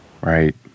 Right